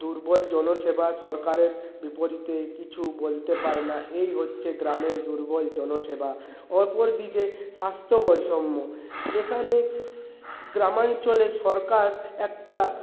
দুর্বল জনসেবা সরকারের বিপরীতে কিছু বলতে পারে না এই হচ্ছে গ্রামের দুর্বল জনসেবা অপরদিকে স্বাস্থ্য বৈষম্য এখানে গ্রামাঞ্চলে সরকার একটা